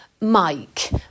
Mike